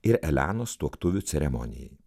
ir elenos tuoktuvių ceremonijai